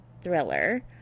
thriller